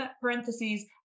parentheses